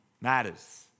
matters